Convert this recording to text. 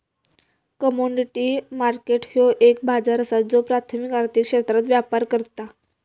commodity market ह्यो एक बाजार असा ज्यो प्राथमिक आर्थिक क्षेत्रात व्यापार करता